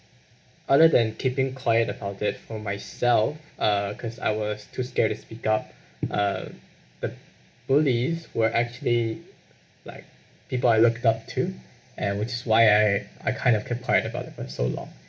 other than keeping quiet about it for myself uh cause I was too scared to speak up uh the bullies were actually like people I looked up to and which is why I I kind of keep quiet about it for so long